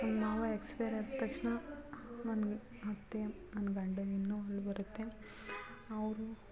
ನಮ್ಮ ಮಾವ ಎಕ್ಸ್ಪೈರ್ ಆದ ತಕ್ಷಣ ನನ್ನ ಅತ್ತೆ ನನ್ನ ಗಂಡಂಗೆ ಇನ್ನೂ ಅಳು ಬರುತ್ತೆ ಅವ್ರನ್ನೂ